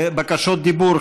בקשות דיבור.